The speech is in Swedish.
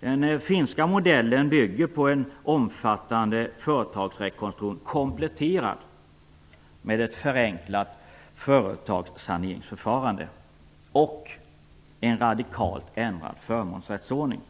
Den finska modellen bygger på en omfattande företagsrekonstruktion kompletterad med ett förenklat företagssaneringsförfarande och en radikalt ändrad förmånsrättsordning.